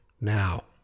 Now